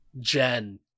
Jen